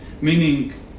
Meaning